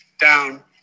down